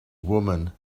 woman